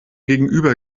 gegenüber